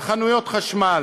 על חנויות חשמל,